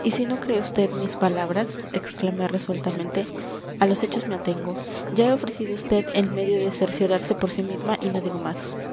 y si no cree vd mis palabras exclamé resueltamente a los hechos me atengo ya he ofrecido a vd el medio de cerciorarse por sí misma y no digo más